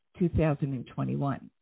2021